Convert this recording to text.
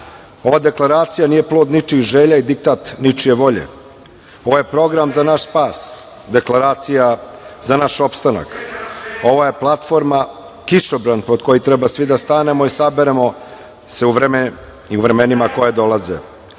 deklaracija nije plod ničijih želja i diktat ničije volje. Ovo je program za naš spas, deklaracija za naš opstanak. Ovo je platforma kišobran pod koji treba svi da stanemo i saberemo se u vreme i u vremenima